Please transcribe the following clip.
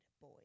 boy